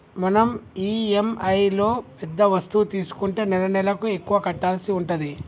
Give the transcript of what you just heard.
మనం ఇఎమ్ఐలో పెద్ద వస్తువు తీసుకుంటే నెలనెలకు ఎక్కువ కట్టాల్సి ఉంటది